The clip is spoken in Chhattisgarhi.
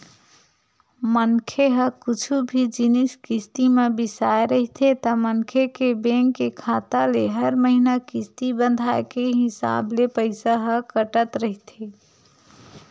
मनखे ह कुछु भी जिनिस किस्ती म बिसाय रहिथे ता मनखे के बेंक के खाता ले हर महिना किस्ती बंधाय के हिसाब ले पइसा ह कटत रहिथे